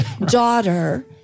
daughter